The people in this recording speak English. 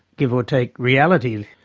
give or take, reality.